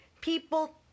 people